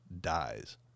dies